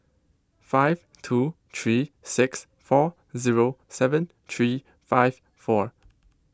five two three six four zero seven three five four